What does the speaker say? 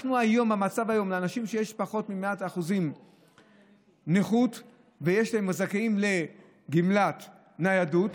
המצב היום הוא שאנשים שיש להם פחות מ-100% נכות וזכאים לגמלת ניידות,